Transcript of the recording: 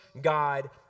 God